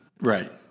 Right